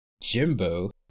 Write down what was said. Jimbo